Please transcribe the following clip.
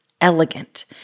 elegant